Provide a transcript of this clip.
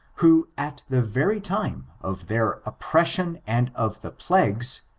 who at the very time of their oppression and of the plagues,